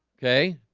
okay,